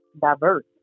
diverse